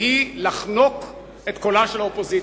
והיא לחנוק את קולה של האופוזיציה,